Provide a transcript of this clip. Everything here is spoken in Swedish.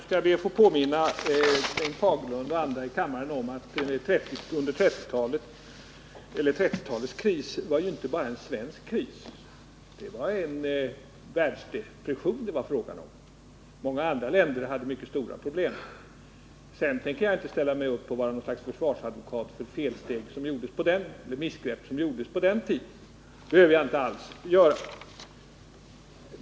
Herr talman! Jag vill påminna Bengt Fagerlund och andra i kammaren om att 1930-talets kris inte bara var en svensk kris. Det var fråga om en världsdepression. Många andra länder hade också stora problem. Jag har ingen anledning att agera försvarsadvokat för de missgrepp som gjordes på den tiden.